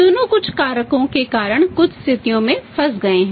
दोनों कुछ कारकों के कारण कुछ स्थितियों में फंस गए हैं